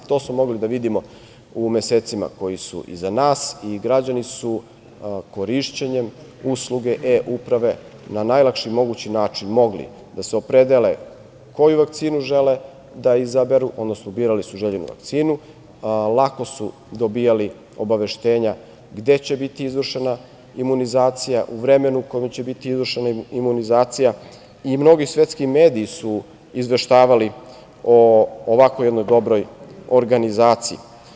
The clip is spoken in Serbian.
To smo mogli da vidimo u mesecima koji su iza nas i građani su korišćenjem usluge e-uprave na najlakši mogući način mogli da se opredele koju vakcinu žele da izaberu, odnosno birali su željenu vakcinu, lako su dobijali obaveštenja gde će biti izvršena imunizacija, o vremenu kada će biti izvršena imunizacija i mnogi svetski mediji su izveštavali o ovakvoj jednoj dobroj organizaciji.